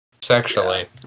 sexually